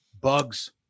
Bugs